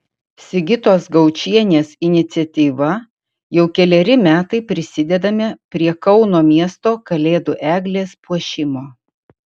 sigitos gaučienės iniciatyva jau keleri metai prisidedame prie kauno miesto kalėdų eglės puošimo